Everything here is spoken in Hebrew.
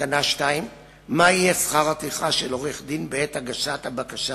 מה יהיה שכר הטרחה של עורך-דין בעת הגשת הבקשה